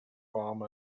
farm